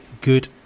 good